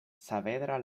saavedra